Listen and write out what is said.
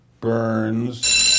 Burns